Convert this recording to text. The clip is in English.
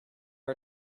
are